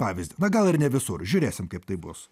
pavyzdį na gal ir ne visur žiūrėsim kaip tai bus